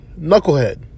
knucklehead